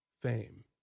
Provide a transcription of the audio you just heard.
fame